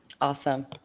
Awesome